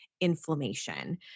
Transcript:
inflammation